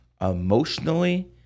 emotionally